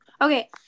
Okay